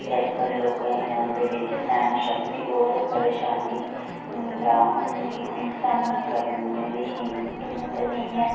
के अज्जकल लोकें दे बिच सैह्नशक्ति होर परेशानी दा सामना करने दी हिम्मत निं ऐ